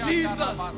Jesus